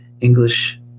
English